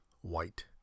white